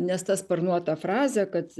nes ta sparnuota frazė kad